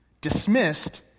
dismissed